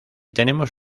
tenemos